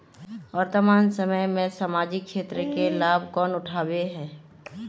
वर्तमान समय में सामाजिक क्षेत्र के लाभ कौन उठावे है?